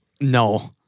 No